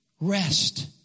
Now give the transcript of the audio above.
rest